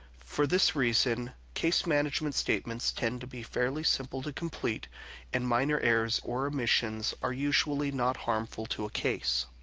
for this reason, case management statements tend to be fairly simple to complete and minor errors or omissions are usually not harmful to a case.